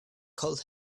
cold